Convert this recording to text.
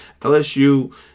LSU